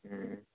ꯎꯝ